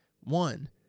One